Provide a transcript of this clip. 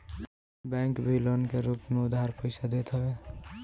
bank भी loan के रूप में उधार पईसा देत हवे